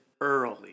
early